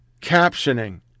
Captioning